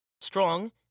Strong